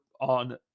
on